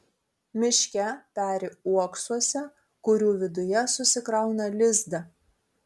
miške peri uoksuose kurių viduje susikrauna lizdą